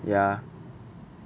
ya